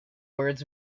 words